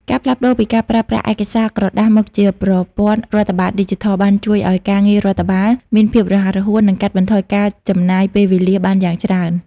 ការផ្លាស់ប្តូរពីការប្រើប្រាស់ឯកសារក្រដាសមកជាប្រព័ន្ធរដ្ឋបាលឌីជីថល បានជួយឱ្យការងាររដ្ឋបាលមានភាពរហ័សរហួន និងកាត់បន្ថយការចំណាយពេលវេលាបានយ៉ាងច្រើន។